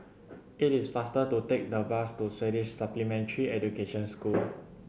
it is faster to take the bus to Swedish Supplementary Education School